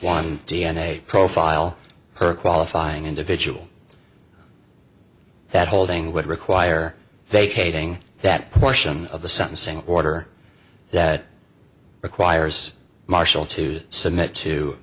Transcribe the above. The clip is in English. one d n a profile per qualifying individual that holding would require vacating that portion of the sentencing order that requires marshal to submit to